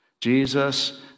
Jesus